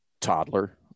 toddler